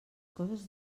coses